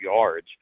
yards